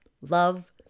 love